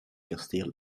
kastelen